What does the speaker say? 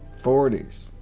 forties,